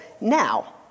now